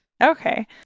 Okay